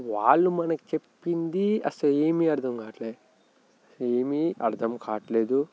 వాళ్ళు మనకి చెప్పింది అసలు ఏమి అర్థం కావట్లే ఏమి అర్థం కావట్లేదు